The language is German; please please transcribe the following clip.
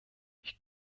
ich